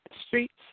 streets